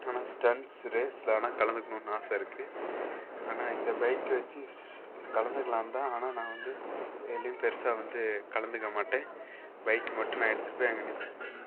ஆனால் ஸ்டண்ட்ஸ் ரேஸில் ஆனால் கலந்துக்கணும்ன்னு ஆசை இருக்குது ஆனால் இந்த பைக்கை வெச்சி ஸ் கலந்துக்கலாந்தான் ஆனால் நான் வந்து எதுலேயும் பெருசாக வந்து கலந்துக்க மாட்டேன் பைக் மட்டும் நான் எடுத்துட்டு போய் அங்கே நிப்